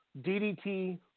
DDT